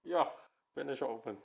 ya branded shop open